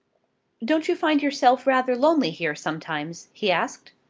don't you find yourself rather lonely here sometimes? he asked.